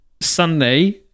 Sunday